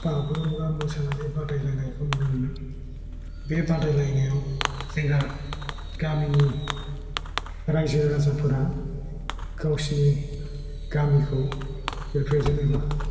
बागुरुमबा मोसानानै बादायलायनायखौ नुनो मोनो बे बादायलायनायाव जोंहा गामिनि रायजो राजाफोरा गावसोरनि गामिखौ रिप्रेजेन्ट एबा